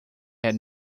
had